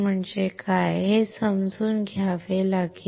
म्हणजे काय हे समजून घ्यावे लागेल